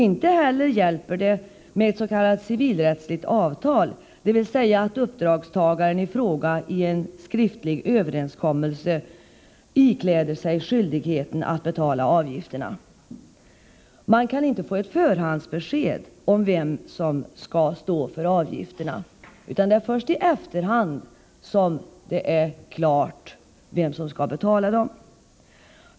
Inte heller hjälper det med ett s.k. civilrättsligt avtal, dvs. att uppdragstagaren i fråga i en skiftlig överenskommelse ikläder sig skyldigheten att betala avgifterna. Man kan inte få ett förhandsbesked om vem som skall stå för avgifterna. Det är först i efterhand som det står klart vem som skall betala dem.